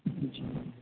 جی